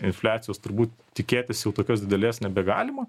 infliacijos turbūt tikėtis jau tokios didelės nebegalima